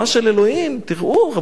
הדברים האלה היום הם בכל סרטון YouTube.